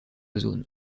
zone